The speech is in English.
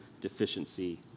deficiency